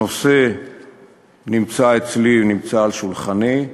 הנושא נמצא על שולחני,